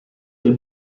del